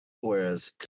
whereas